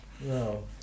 no